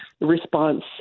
response